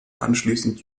anschließend